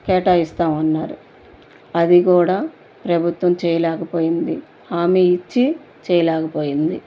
కేటాయిస్తామన్నారు అది కూడా ప్రభుత్వం చేయలేకపోయింది హామీ ఇచ్చి చేయలేకపోయింది